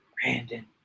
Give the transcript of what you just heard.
Brandon